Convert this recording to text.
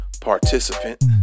participant